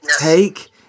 Take